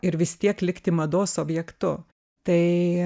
ir vis tiek likti mados objektu tai